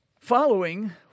following